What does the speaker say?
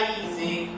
easy